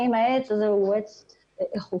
האם העץ הזה הוא עץ איכותי,